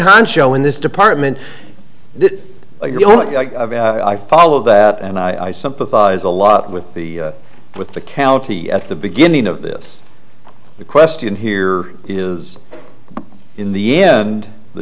honcho in this department again i follow that and i sympathize a lot with the with the county at the beginning of this the question here is in the end the